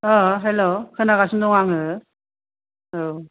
hello खोनागासिनो दङ आङो औ